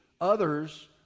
others